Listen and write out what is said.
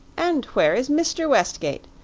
and where is mr. westgate?